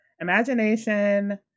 imagination